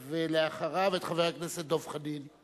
ואחריו, את חבר הכנסת דב חנין.